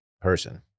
person